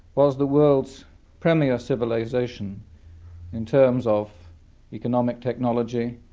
was the world's premier civilisation in terms of economic technology,